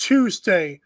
Tuesday